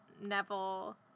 Neville